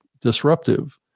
disruptive